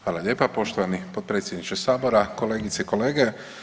Hvala lijepa, poštovani potpredsjedniče Sabora, kolegice i kolege.